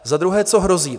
Za druhé, co hrozí.